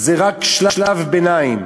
זה רק שלב ביניים.